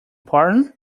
pardon